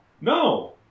No